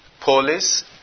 police